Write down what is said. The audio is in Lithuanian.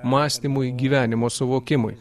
mąstymui gyvenimo suvokimui